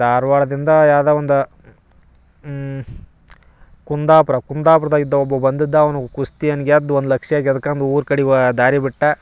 ಧಾರ್ವಾಡ್ದಿಂದ ಯಾವುದೋ ಒಂದು ಕುಂದಾಪುರ ಕುಂದಾಪುರದ ಇದ್ದ ಒಬ್ಬ ಬಂದಿದ್ದ ಅವನು ಕುಸ್ತಿಯನ್ನ ಗೆದ್ದ ಒಂದು ಲಕ್ಷ ಗೆದ್ಕಂಡು ಊರು ಕಡೆ ದಾರಿ ಬಿಟ್ಟ